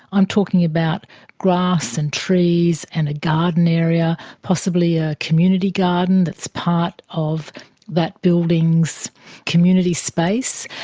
i'm talking about grass and trees and a garden area, possibly a community garden that's part of that building's community space.